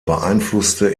beeinflusste